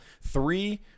Three